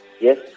yes